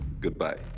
Goodbye